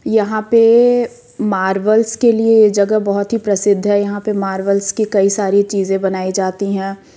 यहाँ पे मार्बलस के लिए ये जगह बहुत ही प्रसिद्ध है यहाँ पर मार्बलस की कई सारी चीज़ें बनाई जाती हैं